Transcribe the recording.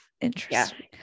interesting